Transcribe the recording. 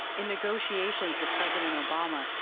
in negotiations with president obama,